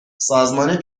سازمان